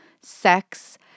sex